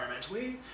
environmentally